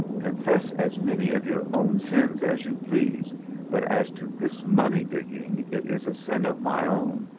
confess as many of your own sins as you please but as to this money-digging, it is a sin of my own,